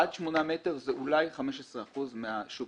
עד שמונה מטר זה אולי 15% אחוז משוק בארץ.